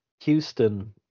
Houston